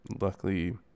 Luckily